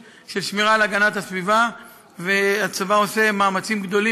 כדי שלא אטעה ואומר דברים שאינם מדויקים